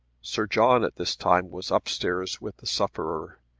sir john at this time was up-stairs with the sufferer.